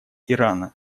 ирана